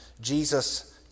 Jesus